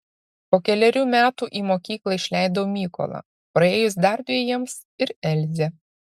po kelerių metų į mokyklą išleidau mykolą praėjus dar dvejiems ir elzę